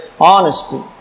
Honesty